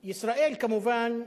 ישראל, כמובן,